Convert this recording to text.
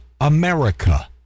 America